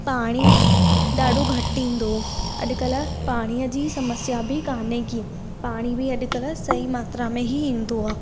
पाणी ॾाढो घटि ईंदो हो अॼुकल्ह पाणीअ जी समस्या बि कान्हे की पाणी बि अॼुकल्ह सही मात्रा में ई ईंदो आहे